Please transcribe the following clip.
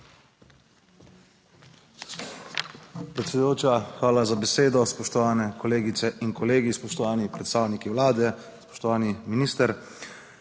Predsedujoča, hvala za besedo. Spoštovane kolegice in kolegi, spoštovani predstavniki Vlade, spoštovani minister.